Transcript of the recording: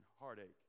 heartache